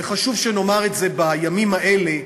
וחשוב שנאמר את זה בימים האלה,